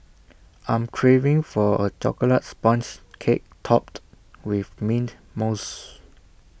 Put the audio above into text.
I am craving for A Chocolate Sponge Cake Topped with Mint Mousse